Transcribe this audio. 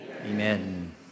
amen